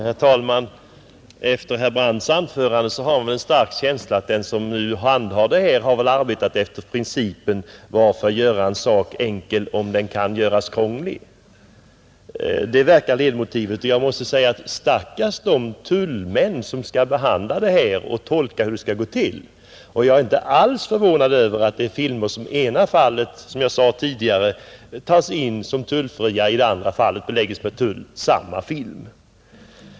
Herr talman! Efter herr Brandts anförande har man en stark känsla av 181 att den som handhar det här väl har arbetat efter principen: varför göra en sak enkel om den kan göras krånglig? Det verkar vara ledmotivet och jag måste säga: Stackars de tullmän som skall behandla det här och tolka hur det skall gå till! Jag är inte alls förvånad över att samma film i ena fallet, som jag sade tidigare, tas in som tullfri och i andra fallet beläggs med tull.